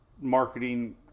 marketing